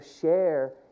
share